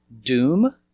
Doom